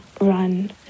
run